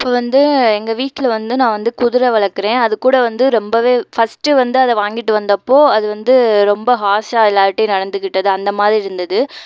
இப்போ வந்து எங்கள் வீட்டில வந்து நான் வந்து குதிரை வளர்க்குறேன் அது கூட வந்து ரொம்பவே ஃபர்ஸ்ட்டு வந்து அதை வாங்கிட்டு வந்தப்போ அது வந்து ரொம்ப ஹார்ஷாக எல்லார்கிட்டையும் நடந்துக்கிட்டது அந்த மாதிரி இருந்தது